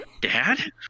dad